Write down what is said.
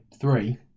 Three